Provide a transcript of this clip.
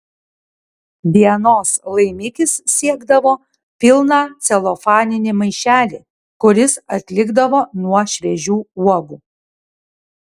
dienos laimikis siekdavo pilną celofaninį maišelį kuris atlikdavo nuo šviežių uogų